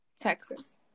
Texas